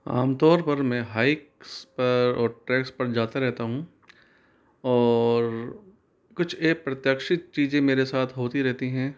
आम तौर पर मैं हाइक्स पर और ट्रेक्स पर जाता रहता हूँ और कुछ अप्रत्याशित चीज़ें मेरे साथ होती रहती हैं